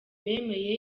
bemeye